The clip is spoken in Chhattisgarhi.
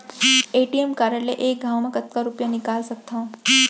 ए.टी.एम कारड ले एक घव म कतका रुपिया निकाल सकथव?